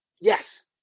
Yes